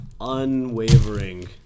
unwavering